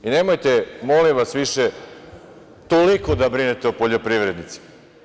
Nemojte, molim vas, više toliko da brinete o poljoprivrednicima.